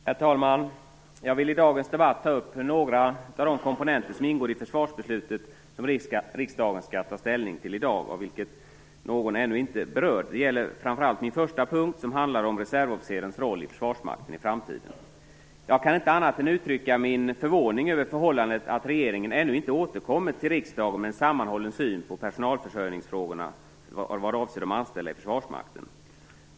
Herr talman! Jag vill i dagens debatt ta upp några av de komponenter som ingår i det försvarsbeslut som riksdagen skall ta ställning till i dag, av vilka någon ännu inte är berörd. Det gäller framför allt min första punkt, som handlar om reservofficerarnas roll i försvarsmakten i framtiden. Jag kan inte annat än uttrycka min förvåning över förhållandet att regeringen ännu inte återkommit till riksdagen med en sammanhållen syn på personalförsörjningsfrågorna vad avser de anställda i Försvarsmakten.